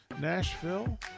Nashville